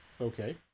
okay